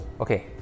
okay